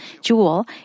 jewel